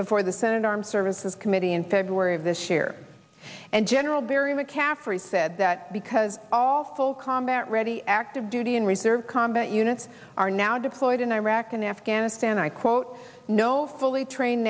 before the senate armed services committee in february of this chair and general barry mccaffrey said that because all full combat ready active duty and reserve combat units are now deployed in iraq and afghanistan i quote no fully train